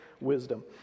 wisdom